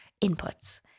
inputs